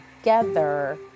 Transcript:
together